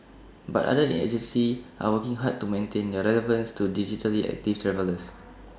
but other agencies are working hard to maintain their relevance to digitally active travellers